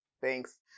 Thanks